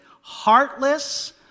heartless